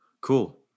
Cool